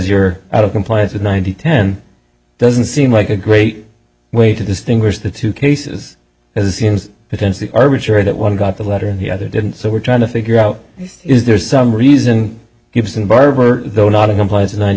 you're out of compliance with ninety ten doesn't seem like a great way to distinguish the two cases as seems potentially arbitrary that one got the letter and the other didn't so we're trying to figure out is there some reason gibson barber though not implies ninety